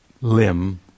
limb